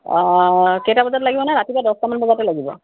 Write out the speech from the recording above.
অঁ কেইটা বজাত লাগিব মানে ৰাতিপুৱা দহটামান বজাতে লাগিব